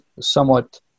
somewhat